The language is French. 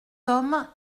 homme